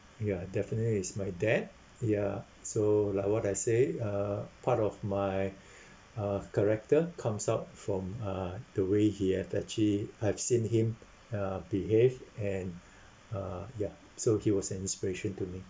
ya definitely it's my dad ya so like what I say uh part of my uh character comes out from uh the way he have actually I've seen him uh behave and uh ya so he was an inspiration to me